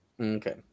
Okay